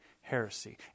heresy